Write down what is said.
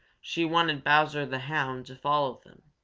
she wanted bowser the hound to follow them,